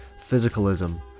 physicalism